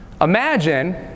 Imagine